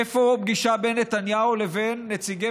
איפה פגישה בין נתניהו לבין נציגי